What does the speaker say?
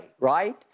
right